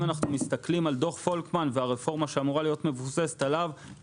אם אנחנו מסתכלים על דוח פולקמן ועל הרפורמה שאמורה להיות מבוססת עליו,